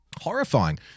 Horrifying